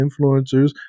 Influencers